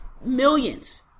Millions